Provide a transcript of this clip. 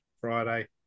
Friday